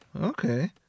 Okay